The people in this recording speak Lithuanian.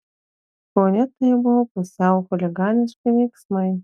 kaune tai buvo pusiau chuliganiški veiksmai